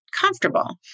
comfortable